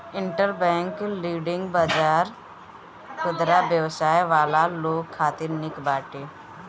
interbank lending बाजार खुदरा व्यवसाय वाला लोग खातिर निक बाटे